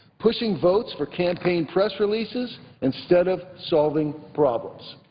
pushing votes for campaign press releases instead of solving problems.